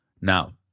Now